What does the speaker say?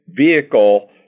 vehicle